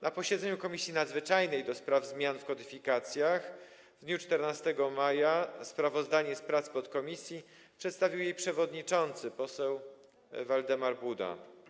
Na posiedzeniu Komisji Nadzwyczajnej do spraw zmian w kodyfikacjach w dniu 14 maja sprawozdanie z prac podkomisji przedstawił jej przewodniczący poseł Waldemar Buda.